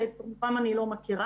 שאת רובם אני לא מכירה,